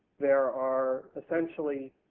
there are, essentially,